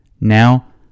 now